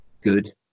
good